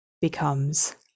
becomes